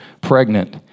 pregnant